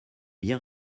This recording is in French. bien